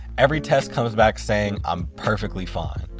every test comes back saying i'm perfectly fine,